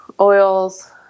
oils